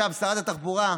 שרת התחבורה,